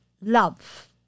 love